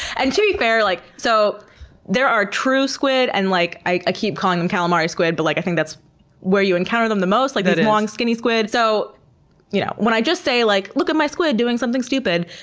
and to be fair, like so there are true squid and like i keep calling them calamari squid, but like i think that's where you encounter them the most, like the long skinny squid. so you know, when i just say, like look at my squid doing something stupid,